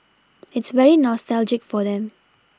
it's very nostalgic for them